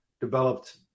developed